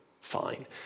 fine